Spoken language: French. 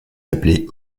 appelé